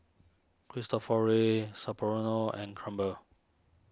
Cristofori Sapporo No and Crumpler